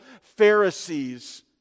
Pharisees